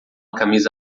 camisa